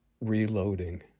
reloading